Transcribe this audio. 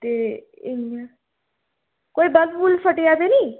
ते इ'यां कोई बल्ब बुल्ब फट्टेआ ते निं